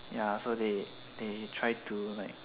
ya so they they try to like